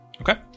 Okay